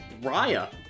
Raya